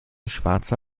schwarze